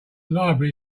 library